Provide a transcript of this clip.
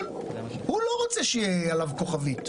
לארץ והוא לא רוצה שתהיה עליו כוכבית.